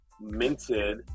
minted